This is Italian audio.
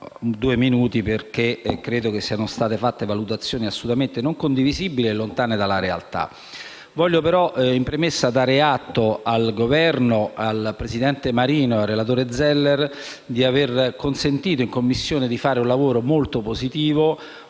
due minuti, perché credo siano state fatte valutazioni assolutamente non condivisibili e lontane dalla realtà. Desidero, però, in premessa dare atto al Governo, al presidente Marino e al relatore Zeller di aver consentito di svolgere in Commissione un lavoro molto proficuo,